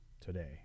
today